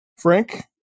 Frank